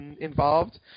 involved